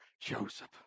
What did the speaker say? Joseph